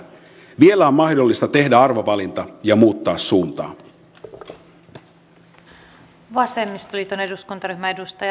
vielä on mahdollista tehdä arvovalinta ja muuttaa suuntaa